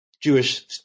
Jewish